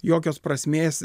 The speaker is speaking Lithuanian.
jokios prasmės